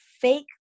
fake